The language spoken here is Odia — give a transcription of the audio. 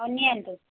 ହଁ ନିଅନ୍ତୁ